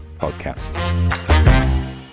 podcast